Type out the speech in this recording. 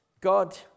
God